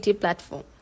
platform